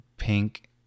pink